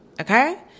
okay